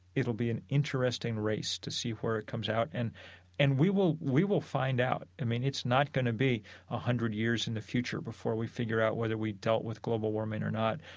it'll be an interesting race to see where it comes out, and and we will we will find out. i mean, it's not going to be a hundred years in the future before we figure out whether we dealt with global warming or not.